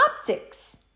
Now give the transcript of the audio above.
optics